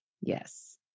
Yes